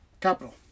Capital